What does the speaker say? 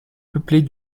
peuplée